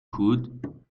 could